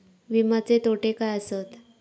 विमाचे तोटे काय आसत?